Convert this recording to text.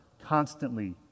constantly